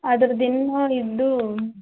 ಅದರ್ದು ಇನ್ನೂ ಇದು